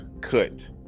cut